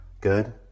Good